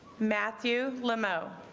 matthew limo